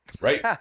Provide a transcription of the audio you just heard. Right